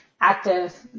active